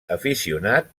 aficionat